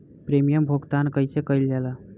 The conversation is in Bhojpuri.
प्रीमियम भुगतान कइसे कइल जाला?